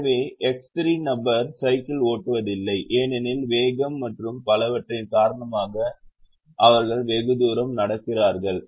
எனவே x 3 நபர் cycle ஓட்டுவதில்லை ஏனெனில் வேகம் மற்றும் பலவற்றின் காரணமாக அவர்கள் வெகுதூரம் நடக்கிறார்கள்